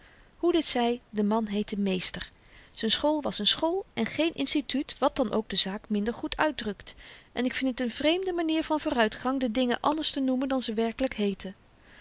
hoe dit zy de man heette meester z'n school was n school en geen instituut wat dan ook de zaak minder goed uitdrukt en ik vind het n vreemde manier van vooruitgang de dingen anders te noemen dan ze werkelyk heeten